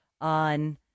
on